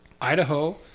Idaho